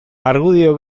argudio